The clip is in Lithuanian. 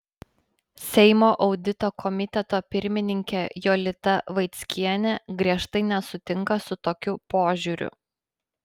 seimo audito komiteto pirmininkė jolita vaickienė griežtai nesutinka su tokiu požiūriu